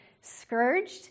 scourged